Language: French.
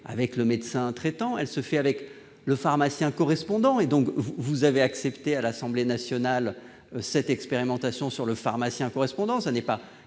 avec le médecin traitant et le pharmacien correspondant. Vous avez accepté à l'Assemblée nationale cette expérimentation sur le pharmacien correspondant. Il s'agit non